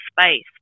space